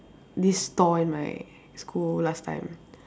this stall in my school last time